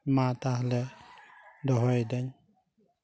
ᱢᱟ ᱛᱟᱦᱞᱮ ᱫᱚᱦᱚᱭᱫᱟᱹᱧ